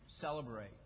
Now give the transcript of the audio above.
celebrate